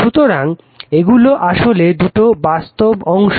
সুতরাং এগুলো আসলে দুটি বাস্তব অংশ